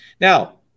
Now